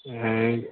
এই